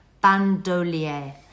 Bandolier